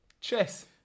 Chess